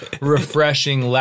refreshing